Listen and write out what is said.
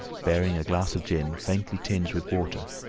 bearing a glass of gin faintly tinged with water,